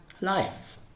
life